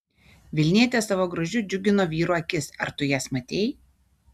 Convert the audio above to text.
vilnietės savo grožiu džiugino vyrų akis ar tu jas matei